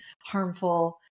harmful